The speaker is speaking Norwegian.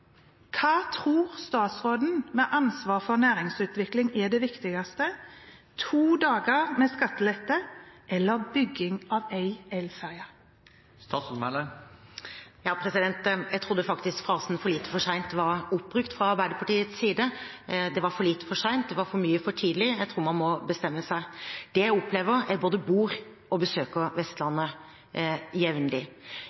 Hva tror statsråden med ansvar for næringsutvikling er det viktigste – to dager med skattelette eller bygging av én elferge? Jeg trodde faktisk frasen «for lite, for sent» var oppbrukt fra Arbeiderpartiets side. Det var «for lite, for sent», det var «for mye, for tidlig». Jeg tror man må bestemme seg. Jeg både bor på og besøker